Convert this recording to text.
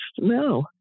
no